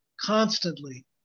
constantly